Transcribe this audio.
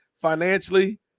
financially